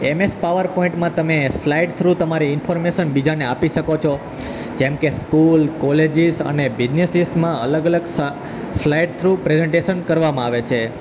MS પાવરપોઈન્ટમાં તમે slide through તમારી ઈન્ફોર્મેશન બીજાને આપી શકો છો જેમકે સ્કૂલ કોલેજિસ અને બિઝનેસીઝમાં અલગ અલગ સ્લાઈડ થ્રુ પ્રેઝન્ટેશન કરવામાં આવે છે